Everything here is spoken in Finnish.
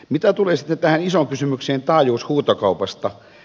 mitä tulee sitten tähän isoon kysymykseen taajuushuutokaupasta